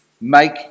make